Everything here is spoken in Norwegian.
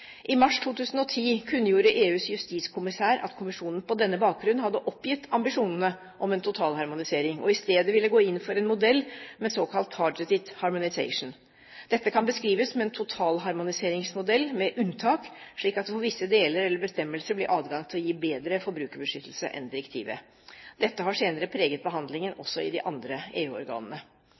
I mars 2010 kunngjorde EUs justiskommissær at kommisjonen på denne bakgrunn hadde oppgitt ambisjonene om en totalharmonisering og i stedet ville gå inn for en modell med såkalt «targeted harmonization». Dette kan beskrives som en totalharmoniseringsmodell med unntak, slik at det for visse deler eller bestemmelser blir adgang til å gi bedre forbrukerbeskyttelse enn direktivet. Dette har senere preget behandlingen også i de andre